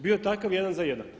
Bio takav jedan za jedan.